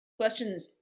Questions